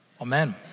amen